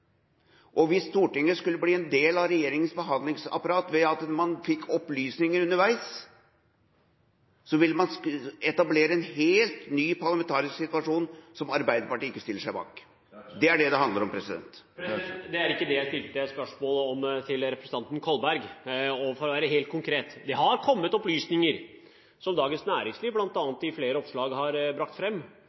statsmakt. Hvis Stortinget skulle bli en del av regjeringas behandlingsapparat, ved at man fikk opplysninger underveis, ville man etablere en helt ny parlamentarisk situasjon, som Arbeiderpartiet ikke stiller seg bak. Det er det det handler om. Det er ikke det jeg stilte spørsmål om til representanten Kolberg. For å være helt konkret: Det har kommet opplysninger, som bl.a. Dagens Næringsliv i flere oppslag har brakt